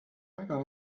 väga